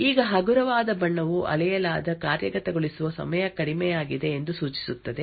ಈಗ ಹಗುರವಾದ ಬಣ್ಣವು ಅಳೆಯಲಾದ ಕಾರ್ಯಗತಗೊಳಿಸುವ ಸಮಯ ಕಡಿಮೆಯಾಗಿದೆ ಎಂದು ಸೂಚಿಸುತ್ತದೆ